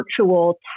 virtual